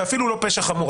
ואפילו לא פשע חמור.